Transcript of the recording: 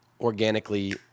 organically